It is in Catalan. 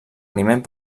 aliment